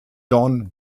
dorn